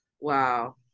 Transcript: Wow